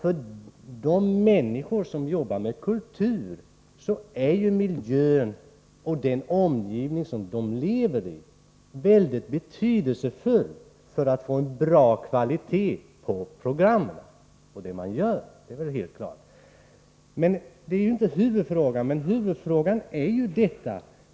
För de människor som arbetar med kultur är miljön och omgivningen betydelsefulla faktorer när det gäller att få en bra kvalitet på programmen. Det är väl helt klart. Så till huvudfrågan.